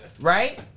right